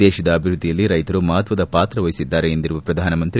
ದೇಶದ ಅಭಿವೃದ್ದಿಯಲ್ಲಿ ರೈತರು ಮಹತ್ವದ ಪಾತ್ರ ವಹಿಸಿದ್ದಾರೆ ಎಂದಿರುವ ಪ್ರಧಾನಮಂತ್ರಿ